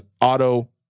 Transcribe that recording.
auto